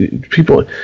people